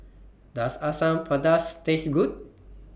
Does Asam Pedas Taste Good